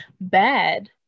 bad